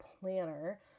planner